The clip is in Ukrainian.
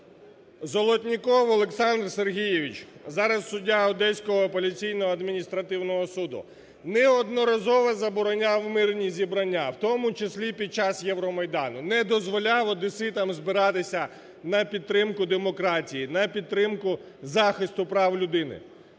Золотніков Олександр Сергійович, зараз суддя Одеського апеляційного адміністративного суду. Неодноразово забороняв мирні зібрання, в тому числі і під час Євромайдану. Не дозволяв одеситам збиратися на підтримку демократії, на підтримку захисту прав людини.